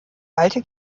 alte